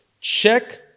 check